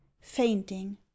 Fainting